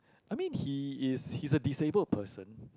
I mean he is he is a disabled person